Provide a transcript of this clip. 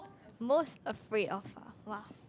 most afraid of ah [wah]